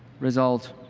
result,